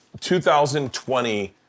2020